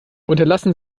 unterlassen